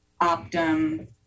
optum